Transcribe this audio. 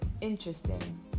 interesting